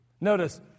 Notice